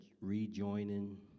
rejoining